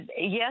yes